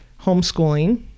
homeschooling